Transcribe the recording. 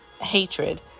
hatred